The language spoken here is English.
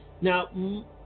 Now